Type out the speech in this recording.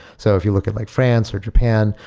so if you look at like france or japan,